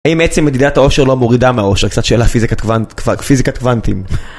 אם עצם מדידת האושר לא מורידה מהאושר קצת שאלה פיזיקת קוונטים.